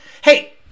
Hey